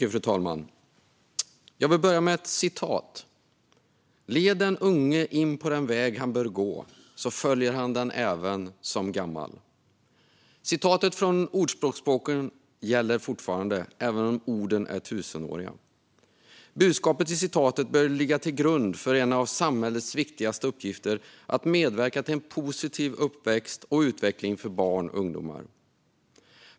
Fru talman! Jag vill börja med ett citat. "Led den unge in på den väg han bör gå, så följer han den även som gammal." Citatet från Ordspråksboken gäller fortfarande, även om orden är tusenåriga. Budskapet i citatet bör ligga till grund för en av samhällets viktigaste uppgifter: att medverka till en positiv uppväxt och utveckling för barn och ungdomar.